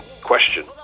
Question